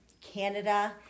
Canada